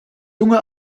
junge